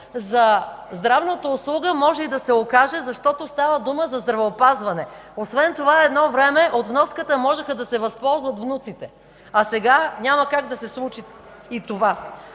за здравната услуга може и да се окаже, защото става дума за здравеопазване. Освен това едно време от вноската можеха да се възползват внуците, а сега няма как да се случи и това.